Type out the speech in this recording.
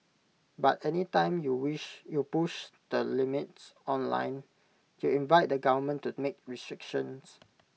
but any time you wish you push the limits online you invite the government to make restrictions